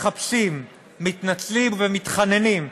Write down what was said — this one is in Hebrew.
מחפשים, מתנצלים ומתחננים.